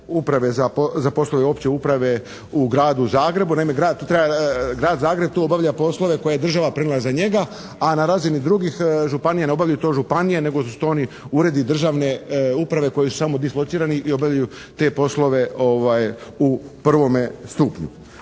uprave za poslove opće uprave u Gradu Zagrebu. Naime, Grad Zagreb tu obavlja poslove koje je država prenijela za njega a na razini drugih županija, ne obavljaju to županije nego su to oni uredi državne uprave koji su samo dislocirani ili obavljaju te poslove u prvome stupnju.